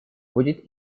будет